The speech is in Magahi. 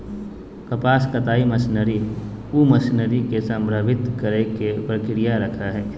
कपास कताई मशीनरी उ मशीन के संदर्भित करेय के प्रक्रिया रखैय हइ